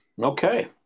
Okay